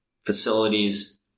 facilities